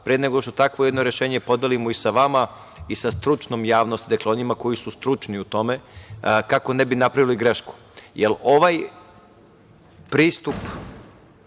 pre nego što takvo jedno rešenje podelimo i sa vama i sa stručnom javnosti, dakle onima koji su stručni u tome, kako ne bi napravili grešku,